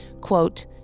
quote